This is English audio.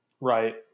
Right